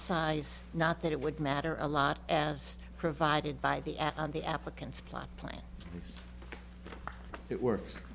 size not that it would matter a lot as provided by the at the applicant's plan plan it works